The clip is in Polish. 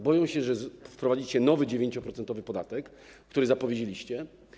Boją się, że wprowadzicie nowy 9-procentowy podatek, który zapowiedzieliście.